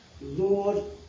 Lord